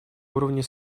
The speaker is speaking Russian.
уровне